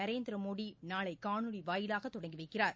நரேந்திர மோடி நாளை காணொளி வாயிலாக தொடங்கி வைக்கிறார்